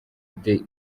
the